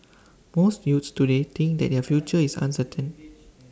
most youths today think that their future is uncertain